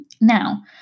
Now